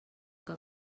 que